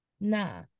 nah